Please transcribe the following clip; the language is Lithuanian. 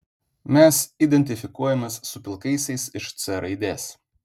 mes identifikuojamės su pilkaisiais iš c raidės